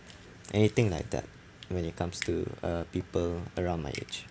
anything like that when it comes to uh people around my age